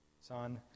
son